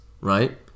right